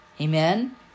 Amen